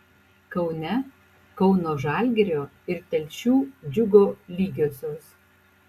kaune kauno žalgirio ir telšių džiugo lygiosios